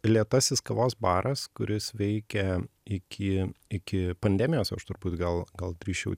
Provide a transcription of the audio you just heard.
lėtasis kavos baras kuris veikia iki iki pandemijos aš turbūt gal gal drįsčiau